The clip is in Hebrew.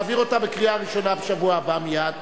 להעביר אותה בקריאה ראשונה בשבוע הבא מייד.